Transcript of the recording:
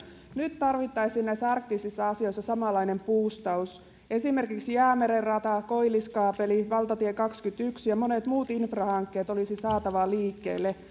nyt tarvittaisiin näissä arktisissa asioissa samanlainen buustaus esimerkiksi jäämeren rata koilliskaapeli valtatie kaksikymmentäyksi ja monet muut infrahankkeet olisi saatava liikkeelle